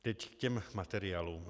Teď k těm materiálům.